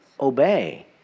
obey